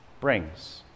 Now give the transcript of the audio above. brings